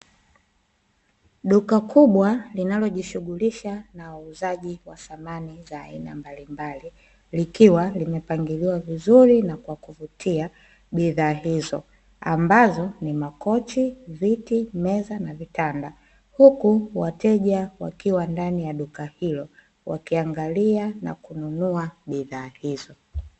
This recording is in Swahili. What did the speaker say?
Duka kubwa linalojishughulisha na uuzaji wa samani za aina mbalimbali likiwa limepangiliwa vizuri na kwa kuvutia bidhaa hizo ambazo ni makochi, viti, meza na vitandaa, huku wateja wakiwa ndani ya duka hilo wakiangalia na kununua bidhaa hizo.